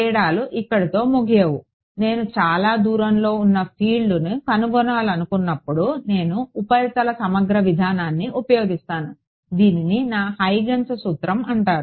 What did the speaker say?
తేడాలు ఇక్కడితో ముగియవు నేను చాలా దూరంలో ఉన్న ఫీల్డ్ను కనుగొనాలనుకున్నప్పుడు నేను ఉపరితల సమగ్ర విధానాన్ని ఉపయోగిస్తాను దీనిని నా హైగెన్స్ సూత్రం అంటారు